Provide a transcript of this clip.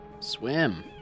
Swim